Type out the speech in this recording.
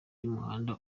y’umuhanda